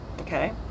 okay